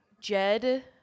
jed